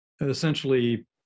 essentially